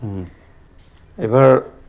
এইবাৰ